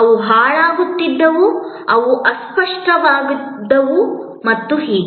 ಅವು ಹಾಳಾಗುತ್ತಿದ್ದವು ಅವು ಅಸ್ಪಷ್ಟವಾಗಿದ್ದವು ಮತ್ತು ಹೀಗೆ